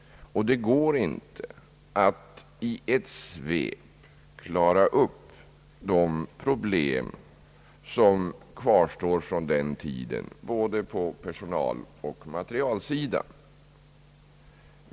Och det går inte att i ett svep klara upp de problem som kvarstår från den tiden såväl på personalsom på materialsidan.